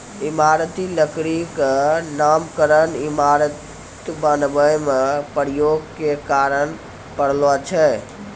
इमारती लकड़ी क नामकरन इमारत बनावै म प्रयोग के कारन परलो छै